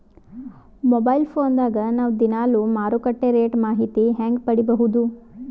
Mobile phone ದಾಗ ನಾವು ದಿನಾಲು ಮಾರುಕಟ್ಟೆ ರೇಟ್ ಮಾಹಿತಿ ಹೆಂಗ ಪಡಿಬಹುದು?